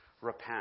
repent